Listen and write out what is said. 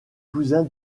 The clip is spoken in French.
cousin